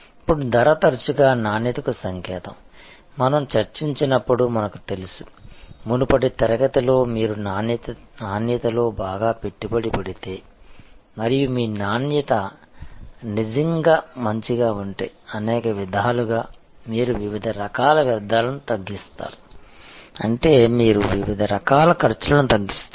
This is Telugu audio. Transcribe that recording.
ఇప్పుడు ధర తరచుగా నాణ్యతకు సంకేతం మనం చర్చించినప్పుడు మనకు తెలుసు మునుపటి తరగతిలో మీరు నాణ్యతలో బాగా పెట్టుబడి పెడితే మరియు మీ నాణ్యత నిజంగా మంచిగా ఉంటే అనేక విధాలుగా మీరు వివిధ రకాల వ్యర్థాలను తగ్గిస్తారు అంటే మీరు వివిధ రకాల ఖర్చులను తగ్గిస్తారు